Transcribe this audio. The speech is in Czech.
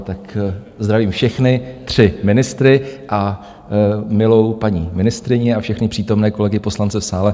Tak zdravím všechny tři ministry a milou paní ministryni a všechny přítomné kolegy poslance v sále.